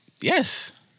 Yes